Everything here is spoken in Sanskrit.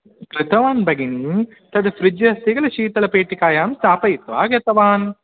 कृतवान् भगिनी तत् फ़्रिज् अस्ति किल शीतलपेटिकायां स्थापयित्वा आगतवान्